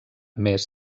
més